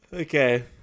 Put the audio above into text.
Okay